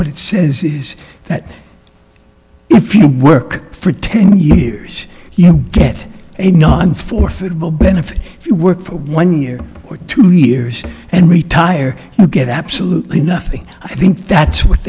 what it says is that if you work for ten years you get a non for food will benefit if you work for one year or two years and retire you get absolutely nothing i think that's what